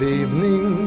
evening